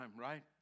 right